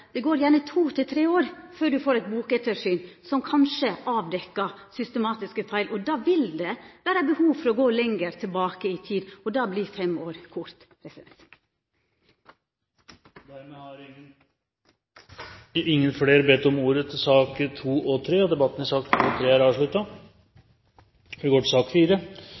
det går gjerne to–tre år før ein får eit bokettersyn, som kanskje avdekkjer systematiske feil. Da vil det vera behov for å gå lenger tilbake i tid, og da vert fem år kort. Flere har ikke bedt om ordet til sakene nr. 2 og